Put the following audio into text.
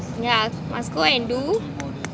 yeah must go and do